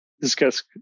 discuss